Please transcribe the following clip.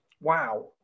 wow